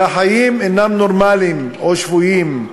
והחיים אינם נורמליים או שפויים,